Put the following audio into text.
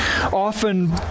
often